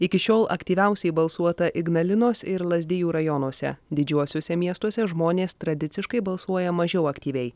iki šiol aktyviausiai balsuota ignalinos ir lazdijų rajonuose didžiuosiuose miestuose žmonės tradiciškai balsuoja mažiau aktyviai